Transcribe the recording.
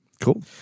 Cool